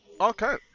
Okay